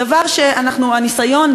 דבר שהניסיון,